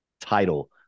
title